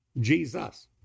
Jesus